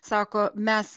sako mes